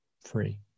free